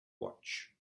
watch